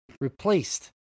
replaced